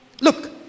Look